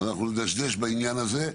אז אנחנו נדשדש בעניין הזה.